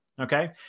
okay